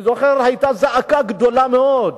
אני זוכר, היתה זעקה גדולה מאוד: